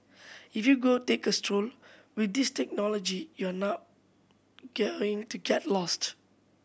if you go take a stroll with this technology you're not going to get lost